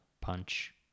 punch